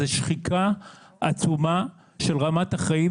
זאת שחיקה עצומה של רמת החיים,